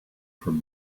from